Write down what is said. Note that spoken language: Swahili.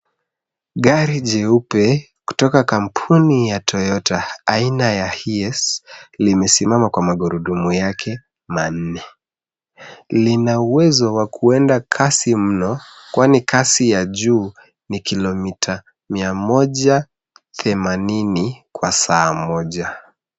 Gari jeupe kutoka kampuni ya Toyota aina ya Hiace limesimama kwa magurudumu yake manne. Lina uwezo wa kuenda kasi mno, kwani kasi ya juu ni kilomita 180 kwa saa moja.